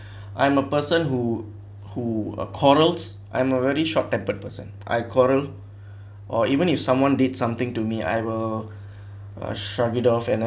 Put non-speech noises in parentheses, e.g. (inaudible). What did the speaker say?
(breath) I'm a person who who uh quarrels I'm a very short tempered person I quarrel (breath) or even if someone did something to me I will uh shrug it off and then